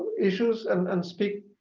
issues and and speak